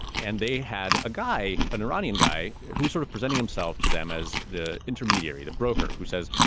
and they had a guy, an iranian guy, who sort of presenting himself to them as the intermediary to broker, who says,